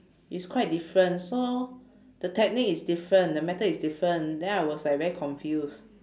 is quite different so the technique is different the method is different then I was like very confused